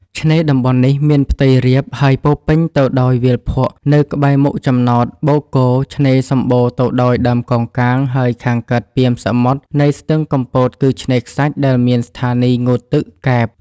ឆ្នេរតំបន់នេះ មានផ្ទៃរាបហើយពោរពេញទៅដោយវាលភក់ នៅក្បែរមុខចំណោតបូកគោ ឆ្នេរសំបូរទៅដោយដើមកោងកាង ហើយខាងកើតពាមសមុទ្រនៃស្ទឹងកំពត គឺឆ្នេរខ្សាច់ដែលមានស្ថានីយងូតទឹក កែប។